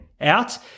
out